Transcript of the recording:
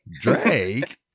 Drake